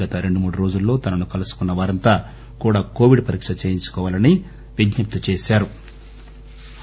గత రెండు మూడు రోజుల్లో తనను కలుసుకున్న వారంతా కూడా కోవిడ్ పరీక్ష చేయించుకోవాలని ఆయన విజ్ఞప్తి చేశారు